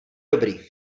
dobrý